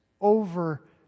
over